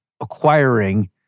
acquiring